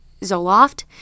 Zoloft